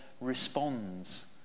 responds